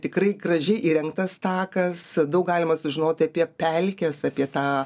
tikrai gražiai įrengtas takas daug galima sužinoti apie pelkes apie tą